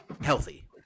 healthy